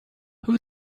who